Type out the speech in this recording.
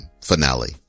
finale